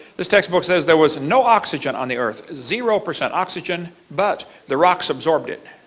this textbook says there was no oxygen on the earth zero percent oxygen. but the rocks absorbed it.